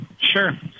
sure